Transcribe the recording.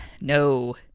no